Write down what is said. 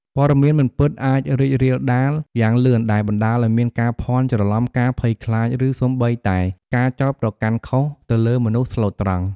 ព័ត៌មានមិនពិត អាច រីករាលដាល យ៉ាងលឿន ដែលបណ្ដាលឱ្យមាន ការភាន់ច្រឡំ ការភ័យខ្លាច ឬសូម្បីតែ ការចោទប្រកាន់ខុស ទៅលើ មនុស្សស្លូតត្រង់។